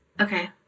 Okay